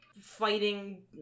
fighting